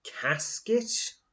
casket